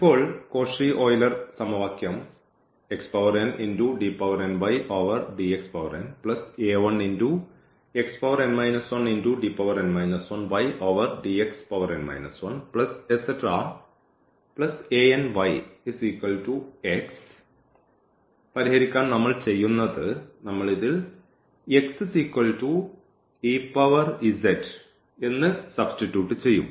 ഇപ്പോൾ ഈ Cauchy Euler സമവാക്യം പരിഹരിക്കാൻ നമ്മൾ ചെയ്യുന്നത് നമ്മൾ ഇതിൽ എന്ന് സബ്സ്റ്റിറ്റ്യൂട്ട് ചെയ്യും